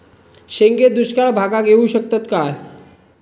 शेंगे दुष्काळ भागाक येऊ शकतत काय?